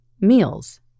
meals